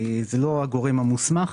זה לא הגורם המוסמך